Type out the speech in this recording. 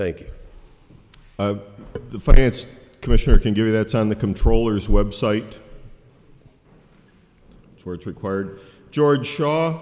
the finance commissioner can give you that on the comptroller's website where it's required george shaw